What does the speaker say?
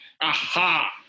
Aha